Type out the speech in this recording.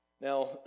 Now